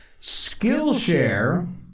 Skillshare